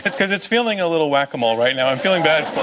because it's feeling a little whack-a-mole right now. i'm feeling bad for